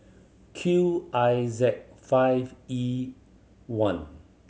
Q I Z five E one